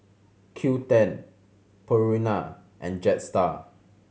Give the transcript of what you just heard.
Qoo ten Purina and Jetstar